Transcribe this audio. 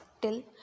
till